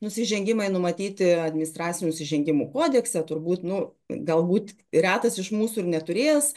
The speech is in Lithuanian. nusižengimai numatyti administracinių nusižengimų kodekse turbūt nu galbūt retas iš mūsų ir neturėjęs